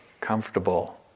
comfortable